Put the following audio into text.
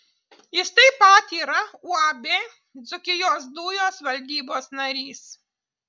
jis taip pat yra uab dzūkijos dujos valdybos narys